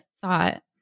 thought